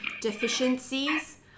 deficiencies